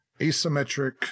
asymmetric